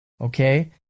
okay